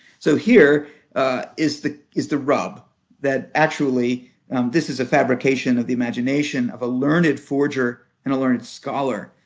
so here is the is the rub that actually this is a fabrication of the imagination of a learned forger and a learned scholar,